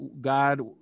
God